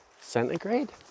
centigrade